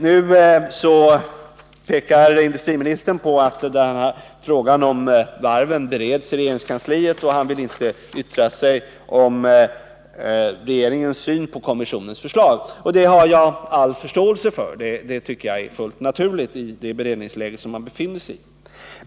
Nu pekar industriministern på att frågan om varven bereds i regeringskansliet, och han säger att han därför inte vill yttra sig om regeringens syn på kommissionens förslag. Det har jag all förståelse för — jag tycker att det är fullt naturligt i det beredningsläge som man befinner sig i.